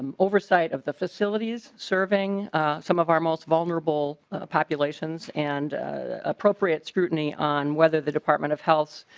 oversight of the facilities serving a some of our most vulnerable populations and a appropriate scrutiny on whether the department of health's.